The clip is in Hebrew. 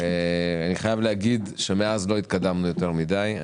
אני חייב להגיד שמאז לא התקדמנו יותר מידי.